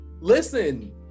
Listen